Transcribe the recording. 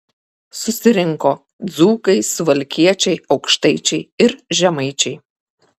susirinko dzūkai suvalkiečiai aukštaičiai ir žemaičiai